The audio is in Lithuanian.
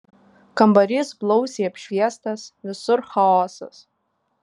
kambarys blausiai apšviestas visur chaosas